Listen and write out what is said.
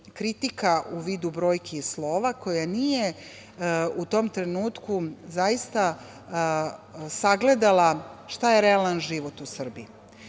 kritika u vidu brojki i slova koja nije u tom trenutku, zaista, sagledala šta je realan život u Srbiji.S